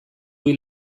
hil